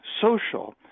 social